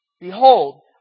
Behold